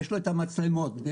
מצלמות,